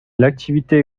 l’activité